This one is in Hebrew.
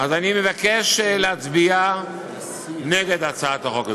אז אני מבקש להצביע נגד הצעת החוק הזאת.